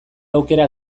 aukera